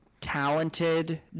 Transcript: talented